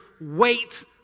Wait